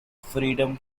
freedom